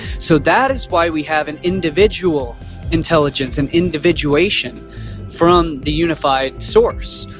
so that is why we have an individual intelligence and individuation from the unified source.